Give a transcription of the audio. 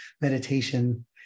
meditation